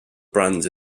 brands